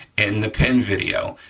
in the pin video.